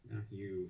Matthew